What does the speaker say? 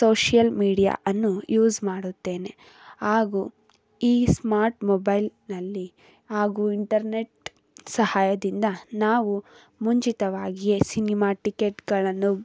social ಮೀಡಿಯಾವನ್ನು use ಮಾಡುತ್ತೇನೆ ಹಾಗೂ ಈ ಸ್ಮಾರ್ಟ್ ಮೊಬೈಲ್ನಲ್ಲಿ ಹಾಗೂ ಇಂಟರ್ನೆಟ್ ಸಹಾಯದಿಂದ ನಾವು ಮುಂಚಿತವಾಗಿಯೇ ಸಿನೆಮಾ ಟಿಕೆಟ್ಗಳನ್ನು